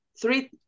three